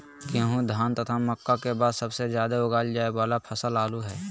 गेहूं, धान तथा मक्का के बाद सबसे ज्यादा उगाल जाय वाला फसल आलू हइ